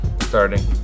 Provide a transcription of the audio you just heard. starting